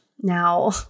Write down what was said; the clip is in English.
Now